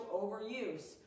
overuse